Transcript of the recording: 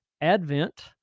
Advent